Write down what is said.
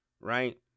right